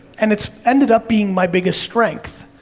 and it's ended up being my biggest strength.